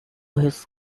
his